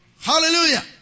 Hallelujah